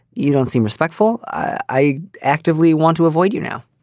you don't seem respectful. i actively want to avoid you now.